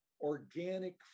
organic